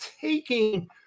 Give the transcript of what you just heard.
taking